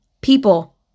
people